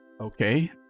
okay